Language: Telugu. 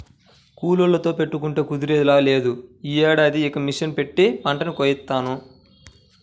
కూలోళ్ళతో పెట్టుకుంటే కుదిరేలా లేదు, యీ ఏడాదికి ఇక మిషన్ పెట్టే పంటని కోయిత్తాను